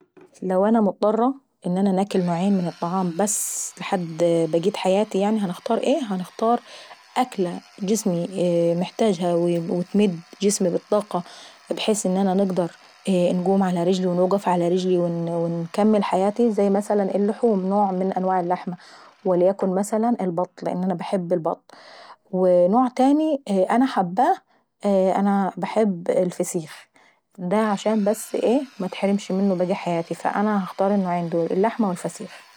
لو انا مضطرة ان انا ناكل نوعين بس من الطعام لحد بقة حياتيا يعني هنختار ايه؟ هنختار وكلة جسمي محتاجها وتمد جسمي بالطاقة ابحيث ان انا نقدر نقوم على رجلي ونوقف على رجلاي، ونكمل حاتي زي مثلا اللحوم ، نوع من أنواع اللحمة. وليكن مثلا البط لان انا باحب البط. ونوع تاناي انا حباه، فانا باحب الفسيخ، ودا عشان بس ايه منتحرمش منه بقية حياتي فانا هنختار النوعين دول اللحمة والفسيخ.